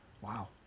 wow